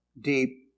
deep